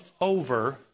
over